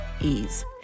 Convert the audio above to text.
ease